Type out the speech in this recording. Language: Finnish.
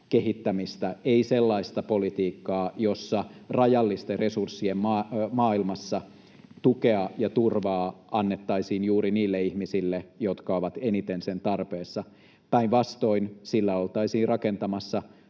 ei sellaista politiikkaa, jossa rajallisten resurssien maailmassa tukea ja turvaa annettaisiin juuri niille ihmisille, jotka ovat eniten sen tarpeessa. Päinvastoin sillä oltaisiin rakentamassa